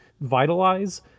vitalize